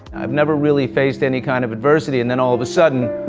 i've never really faced any kind of adversity, and then all of a sudden,